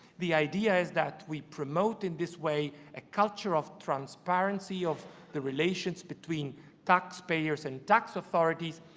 the idea is that we promote in this way a culture of transparency of the relations between taxpayers and tax authorities,